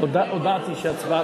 מה זה אפילו,